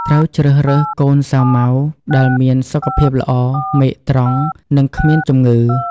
ត្រូវជ្រើសរើសកូនសាវម៉ាវដែលមានសុខភាពល្អ មែកត្រង់ និងគ្មានជំងឺ។